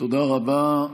תודה רבה.